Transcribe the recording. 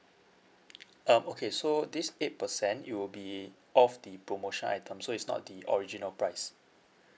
um okay so this eight percent it will be off the promotion item so it's not the original price